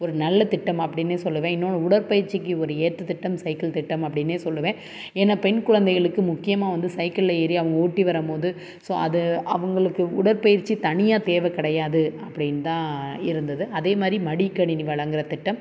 ஒரு நல்ல திட்டம் அப்படின்னே சொல்லுவேன் இன்னொன்னு உடற்பயிற்சிக்கு ஒரு ஏற்ற திட்டம் சைக்கிள் திட்டம் அப்படின்னே சொல்லுவேன் ஏன்னால் பெண் குழந்தைகளுக்கு முக்கியமாக வந்து சைக்கிளில் ஏறி அவங்க ஓட்டி வரும்போது ஸோ அது அவங்களுக்கு உடற்பயிற்சி தனியாக தேவை கிடையாது அப்படின்னு தான் இருந்தது அதேமாதிரி மடிக்கணினி வழங்குகிற திட்டம்